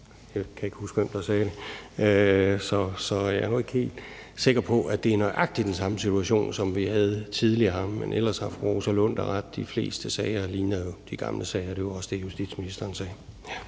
Jeg kan ikke huske, hvem der sagde det. Så jeg er nu ikke helt sikker på, at det er nøjagtig den samme situation som den, vi havde tidligere. Men ellers har fru Rosa Lund da ret. De fleste sager ligner jo de gamle sager, og det var også det, justitsministeren sagde.